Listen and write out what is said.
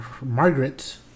Margaret